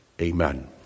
Amen